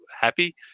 happy